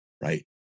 Right